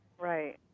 right